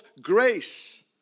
Grace